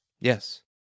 Yes